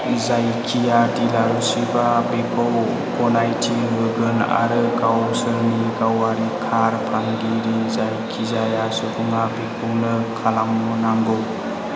जायखिया डीलारसिपआ बेखौ गनायथि होगोन आरो गावसोरनि गावारि कार फानगिरि जायखिजाया सुबुङा बेखौनो खालामनांगौ